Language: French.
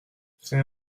c’est